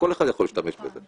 כל אחד יכול להשתמש בזה.